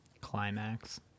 climax